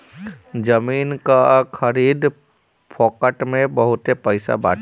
जमीन कअ खरीद फोक्त में बहुते पईसा बाटे